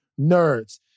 nerds